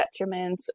detriments